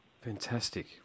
Fantastic